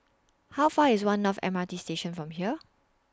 How Far IS one North M R T Station from here